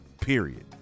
Period